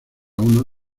uno